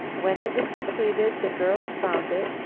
when it was completed the girls found it,